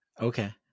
Okay